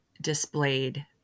displayed